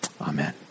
Amen